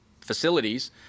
facilities